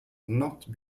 not